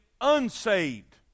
unsaved